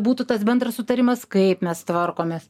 būtų tas bendras sutarimas kaip mes tvarkomės